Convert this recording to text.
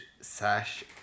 Sash